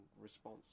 response